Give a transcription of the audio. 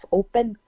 open